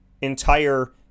entire